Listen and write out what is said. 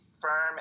firm